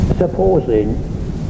Supposing